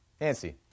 Nancy